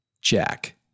Jack